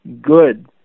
good